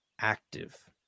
active